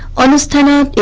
um this time a